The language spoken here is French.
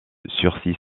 sursis